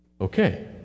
Okay